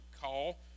call